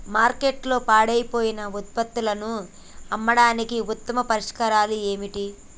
మార్కెట్లో పాడైపోయిన ఉత్పత్తులను అమ్మడానికి ఉత్తమ పరిష్కారాలు ఏమిటి?